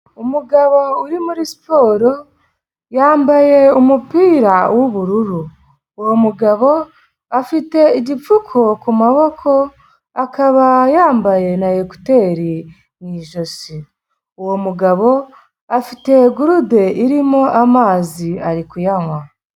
Umugabo uri muri siporo, yambaye umupira w'ubururu. Uwo mugabo, afite igipfuko ku maboko, akaba yambaye na ekuteri mu ijosi. Uwo mugabo afite gurude irimo amazi. Ari kuyanywa.